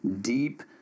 deep